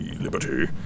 liberty